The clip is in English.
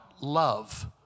love